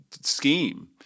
scheme